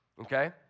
okay